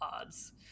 odds